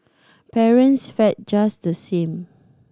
parents fared just the same